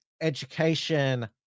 education